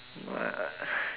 uh